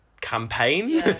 campaign